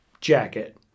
jacket